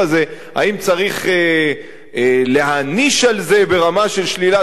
האם צריך להעניש על זה ברמה של שלילת החופש?